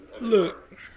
look